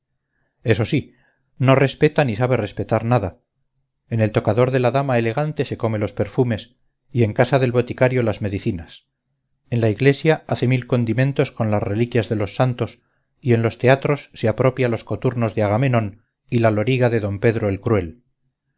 eso sí no respeta ni sabe respetar nada en el tocador de la dama elegante se come los perfumes y en casa del boticario las medicinas en la iglesia hace mil condimentos con las reliquias de los santos y en los teatros se apropia los coturnos de agamenón y la loriga de d pedro el cruel